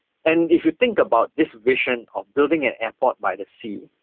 and if you think about this vision of building an airport by the sea,